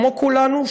כמו כולנו,